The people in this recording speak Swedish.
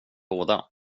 båda